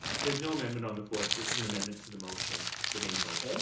there's no amendment on the floor so this is an amendment to the motion, the main motion.